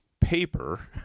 paper